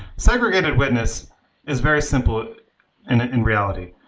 segregated witness is very simple and in reality.